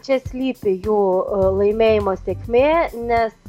čia slypi jų a laimėjimo sėkmė nes